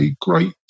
great